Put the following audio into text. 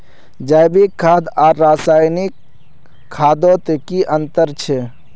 जैविक खाद आर रासायनिक खादोत की अंतर छे?